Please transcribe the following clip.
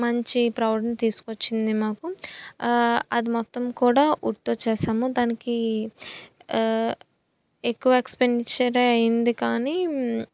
మంచి ప్రౌడ్ని తీసుకొచ్చింది మాకు అది మొత్తం కూడా వుడ్తో చేసాము దానికి ఎక్కువ ఎక్స్పెన్డిచరే అయ్యింది కానీ